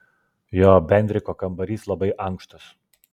jo bendriko kambarys labai ankštas